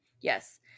Yes